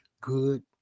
good